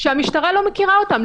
שהמשטרה לא מכירה אותם,